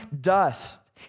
dust